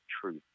truth